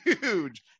huge